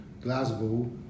Glasgow